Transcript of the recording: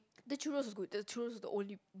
the churros is good the churros is the only